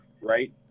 Right